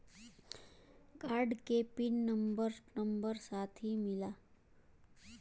Card के pin number number साथही मिला?